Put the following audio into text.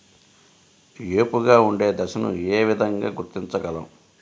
ఏపుగా ఉండే దశను ఏ విధంగా గుర్తించగలం?